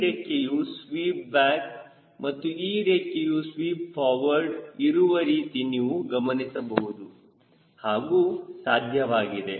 ಈ ರೆಕ್ಕೆಯು sweep back ಮತ್ತು ಈ ರೆಕ್ಕೆಯು ಸ್ವೀಪ್ ಫಾರ್ವರ್ಡ್ ಇರುವ ರೀತಿ ನೀವು ಗಮನಿಸಬಹುದು ಹಾಗೂ ಸಾಧ್ಯವಾಗಿದೆ